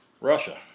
Russia